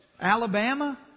Alabama